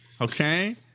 Okay